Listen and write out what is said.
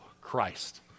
Christ